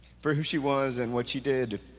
for who she was and what she did.